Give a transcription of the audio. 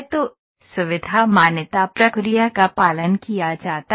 तो सुविधा मान्यता प्रक्रिया का पालन किया जाता है